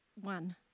one